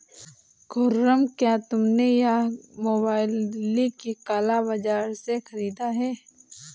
खुर्रम, क्या तुमने यह मोबाइल दिल्ली के काला बाजार से खरीदा है?